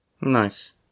Nice